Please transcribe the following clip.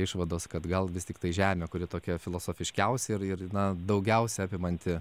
išvados kad gal vis tiktai žemė kuri tokia filosofiškiausia ir ir na daugiausia apimanti